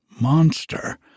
monster